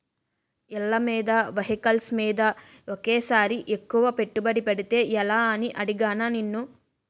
ఇళ్ళమీద, వెహికల్స్ మీద ఒకేసారి ఎక్కువ పెట్టుబడి పెడితే ఎలా అని అడిగానా నిన్ను